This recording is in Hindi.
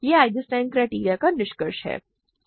यह आइजेंस्टाइन क्राइटेरियन का निष्कर्ष है